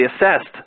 assessed